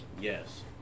Yes